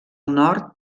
nord